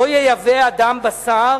לא ייבא אדם בשר